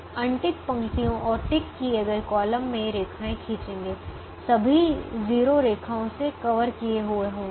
untick पंक्तियों और tick किए गए कॉलम से रेखाएँ खींचेंगे सभी 0 रेखाओं से कवर किए हुए होंगे